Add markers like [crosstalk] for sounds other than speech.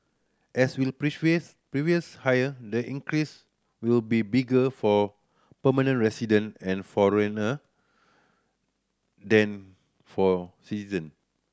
as with [unintelligible] previous hire the increase will be bigger for permanent resident and foreigner than for citizen